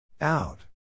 out